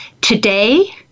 Today